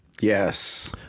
Yes